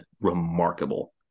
remarkable